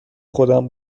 خودم